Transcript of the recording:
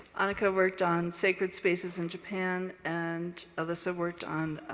anika worked on sacred spaces in japan, and alyssa worked on